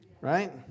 Right